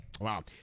Wow